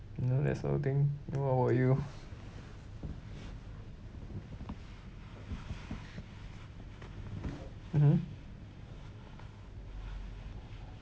you know that sort of thing then what about you mmhmm